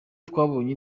twabonye